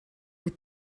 with